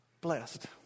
blessed